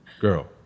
girl